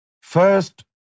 First